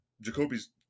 Jacoby's